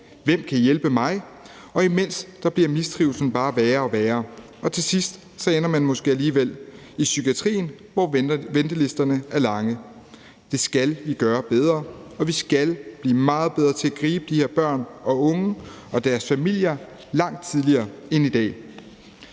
Hvem kan hjælpe mig? Og imens bliver mistrivslen bare værre og værre. Til sidst ender man måske alligevel i psykiatrien, hvor ventelisterne er lange. Det skal vi gøre bedre, og vi skal blive meget bedre til at gribe de her børn og unge og deres familier langt tidligere end i dag.